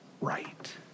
right